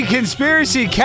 Conspiracy